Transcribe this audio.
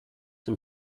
den